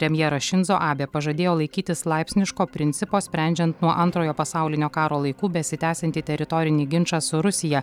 premjeras šinzo abė pažadėjo laikytis laipsniško principo sprendžiant nuo antrojo pasaulinio karo laikų besitęsiantį teritorinį ginčą su rusija